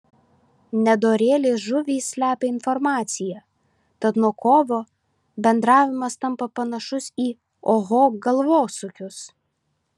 nedorėlės žuvys slepia informaciją tad nuo kovo bendravimas tampa panašus į oho galvosūkius